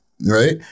right